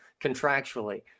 contractually